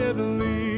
Italy